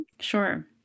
Sure